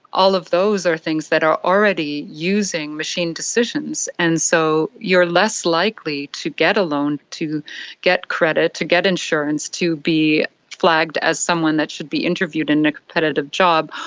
all of those are things that are already using machine decisions. and so you are less likely to get a a loan, to get credit, to get insurance, to be flagged as someone that should be interviewed in a competitive job.